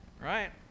right